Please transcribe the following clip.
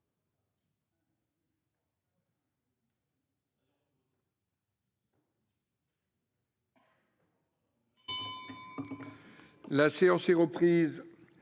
La séance est reprise.